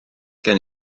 gen